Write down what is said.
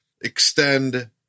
Extend